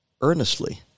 earnestly